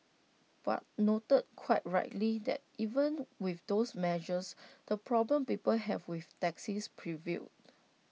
but noted quite rightly that even with those measures the problems people have with taxis prevailed